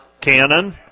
Cannon